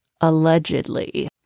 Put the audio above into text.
allegedly